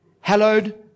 hallowed